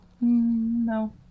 No